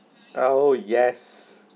oh yes